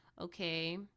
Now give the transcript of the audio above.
Okay